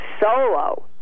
solo